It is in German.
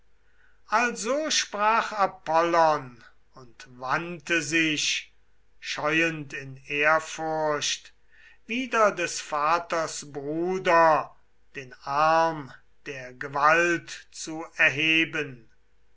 also sprach apollon und wandte sich scheuend in ehrfurcht wider des vaters bruder den arm der gewalt zu erheben